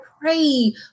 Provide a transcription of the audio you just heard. pray